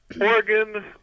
Oregon